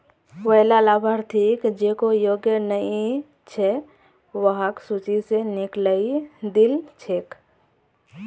वैला लाभार्थि जेको योग्य नइ छ वहाक सूची स निकलइ दिल छेक